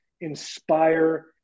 inspire